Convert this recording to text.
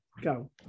Go